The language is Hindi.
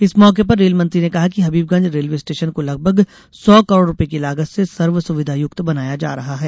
इस मौके पर रेल मंत्री ने कहा कि हबीबगंज रेलवे स्टेशन को लगभग सौ करोड़ रूपये की लागत से सर्व सुविधायुक्त बनाया जा रहा है